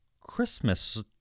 Christmas